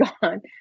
gone